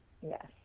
Yes